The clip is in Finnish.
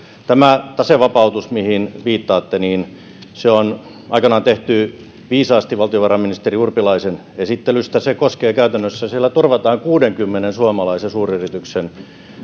tämä tasevapautus mihin viittaatte on aikoinaan tehty viisaasti valtiovarainministeri urpilaisen esittelystä käytännössä sillä turvataan kuudenkymmenen suomalaisen suuryrityksen